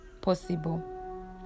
possible